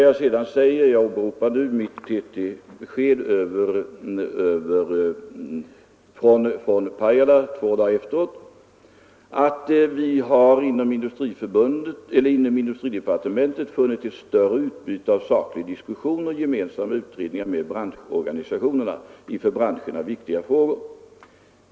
Jag åberopade då mitt TT-besked från Pajala två dagar tidigare och sade: ”Inom industridepartementet har vi funnit ett större utbyte av saklig diskussion och gemensamma utredningar med branschorganisationerna i för branscherna viktiga frågor.